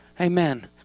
Amen